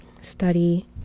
study